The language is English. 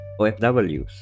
OFWs